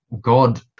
God